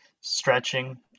stretching